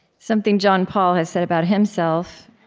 something john paul has said about himself,